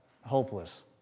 hopeless